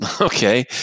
Okay